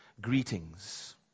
greetings